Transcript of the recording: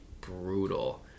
brutal